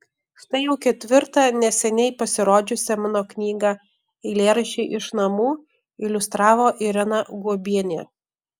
štai jau ketvirtą neseniai pasirodžiusią mano knygą eilėraščiai iš namų iliustravo irena guobienė